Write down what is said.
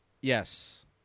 Yes